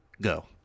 go